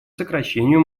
сокращению